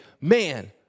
man